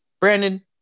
Brandon